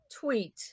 tweet